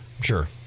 sure